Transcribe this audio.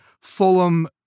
Fulham